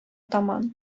таман